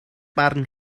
barn